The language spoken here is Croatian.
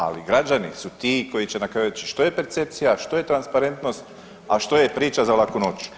Ali, građani su ti koji će na kraju reći što je percepcija, što je transparentnost, a što je priča za laku noć.